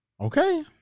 Okay